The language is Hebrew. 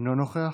אינו נוכח,